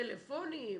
טלפונים?